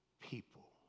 people